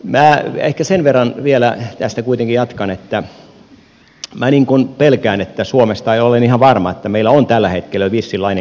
minä ehkä sen verran vielä tästä kuitenkin jatkan että minä pelkään tai olen ihan varma että meillä on tällä hetkellä suomesta vissinlainen innovaatiovuoto